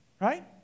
right